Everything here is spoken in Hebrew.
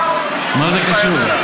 מה זה קשור?